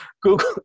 Google